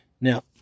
Now